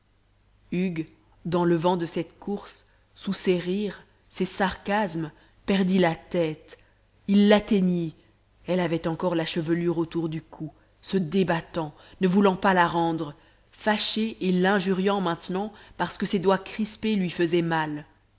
hugues dans le vent de cette course sous ces rires ces sarcasmes perdit la tête il l'atteignit elle avait encore la chevelure autour du cou se débattant ne voulant pas la rendre fâchée et l'injuriant maintenant parce que ses doigts crispés lui faisaient mal